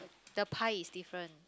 the pie is different